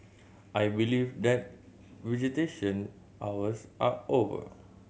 I believe that visitation hours are over